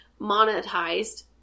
monetized